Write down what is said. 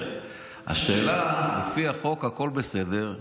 לפי החוק, הכול בסדר,